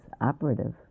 operative